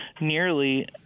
nearly